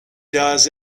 does